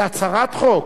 זה הצהרת חוק?